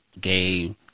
gay